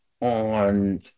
on